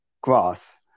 grass